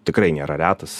tikrai nėra retas